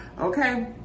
Okay